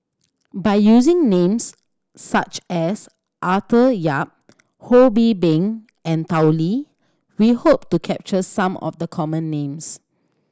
by using names such as Arthur Yap Ho Bee Beng and Tao Li we hope to capture some of the common names